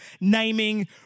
naming